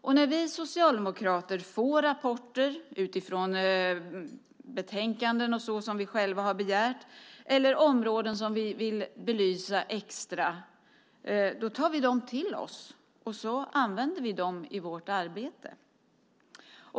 Och när vi socialdemokrater får rapporter utifrån betänkanden som vi själva har begärt eller på områden som vi vill belysa extra tar vi dem till oss, och så använder vi dem i vårt arbete.